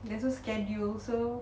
there's no schedule so